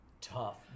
tough